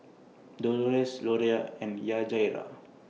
Dolores Loria and Yajaira